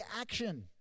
action